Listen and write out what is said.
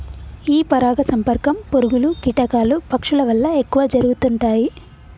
ఈ పరాగ సంపర్కం పురుగులు, కీటకాలు, పక్షుల వల్ల ఎక్కువ జరుగుతుంటాయి